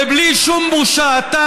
ובלי שום בושה אתה,